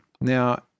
Now